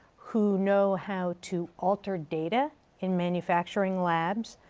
who know how to alter data in manufacturing labs,